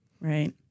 Right